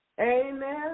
Amen